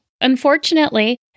Unfortunately